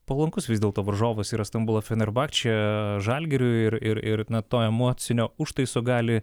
palankus vis dėlto varžovas yra stambulo fenerbahčė žalgiriui ir ir ir na to emocinio užtaiso gali